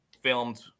filmed